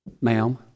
ma'am